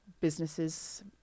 businesses